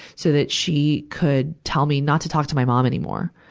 so that she could tell me not to talk to my mom anymore.